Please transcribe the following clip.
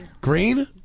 Green